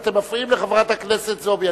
אתם מפריעים לחברת הכנסת זועבי.